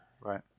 right